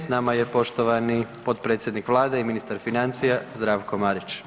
S nama je poštovani potpredsjednik Vlade i ministar financija Zdravko Marić.